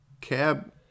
Cab